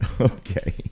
Okay